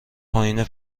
پایین